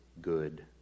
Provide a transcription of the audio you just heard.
good